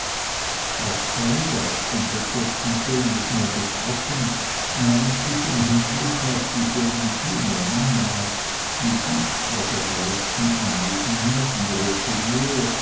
auch darüber hat onkel kurt anton mit mir gesprochen namentlich im hinblick auf die sellenthiner mama die sich bei seiner letzten anwesenheit in rothenmoor